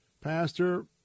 Pastor